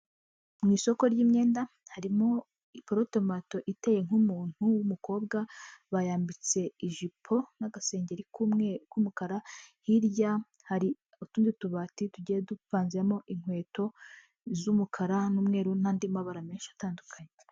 Mu isoko ry'imyenda harimo iporotomanto iteye nk'umuntu w'umukobwa, bayambitse ijipo n'agasengeri k'umwe k'umukara hirya hari utundi tubati tugiye dupanzemo inkweto z'umukara n'umweru n'andi mabara menshi atandukanye.